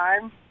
time